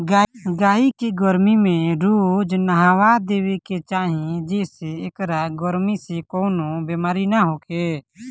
गाई के गरमी में रोज नहावा देवे के चाही जेसे एकरा गरमी से कवनो बेमारी ना होखे